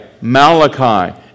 Malachi